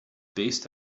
based